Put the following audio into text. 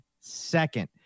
second